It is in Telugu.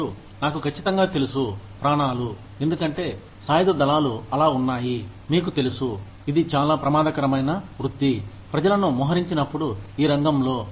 మరియు నాకు ఖచ్చితంగా తెలుసు ప్రాణాలు ఎందుకంటే సాయుధ దళాలు అలా ఉన్నాయి మీకు తెలుసు ఇది చాలా ప్రమాదకరమైన వృత్తి ప్రజలను మొహరించినప్పుడు ఈ రంగంలో